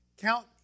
Count